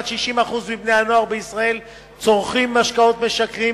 50% ל-60% מבני-הנוער בישראל צורכים משקאות משכרים.